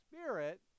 spirit